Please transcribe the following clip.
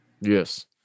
Yes